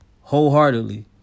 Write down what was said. wholeheartedly